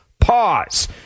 pause